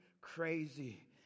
crazy